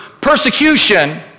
persecution